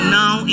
now